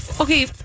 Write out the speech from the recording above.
Okay